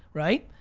right.